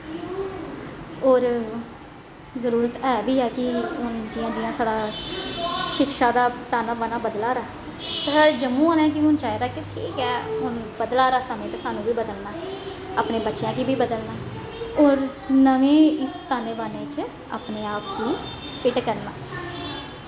होर जरूरत ऐ बी ऐ कि हून जियां जियां साढ़ा शिक्षा दा ताना बाना बदला दा ऐ जम्मू आह्लें गी बी हून चाहिदा ठीक ऐ कि बदला दा समें ते लमें ते बदलना ऐ अपने बच्चेआं गी बी बदलना ऐ होर नमें इस ताने बाने च अपने आप च फिट्ट बी करना ऐ